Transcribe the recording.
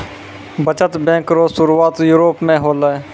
बचत बैंक रो सुरुआत यूरोप मे होलै